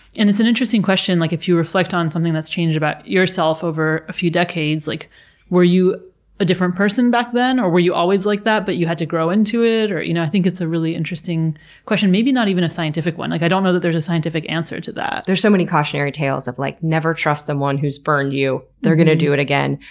and it's an interesting question, like if you reflect on something that's changed about yourself over a few decades like were you a different person back then? or were you always like that but you had to grow into it? i you know think it's a really interesting question. maybe not even a scientific one. like i don't know that there's a scientific answer to that. there's so many cautionary tales of, like never trust someone who's burned you. they're going to do it again.